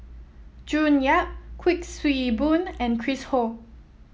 June Yap Kuik Swee Boon and Chris Ho